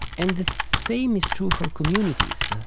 and the same is true for communities.